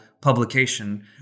publication